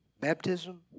baptism